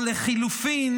או לחלופין,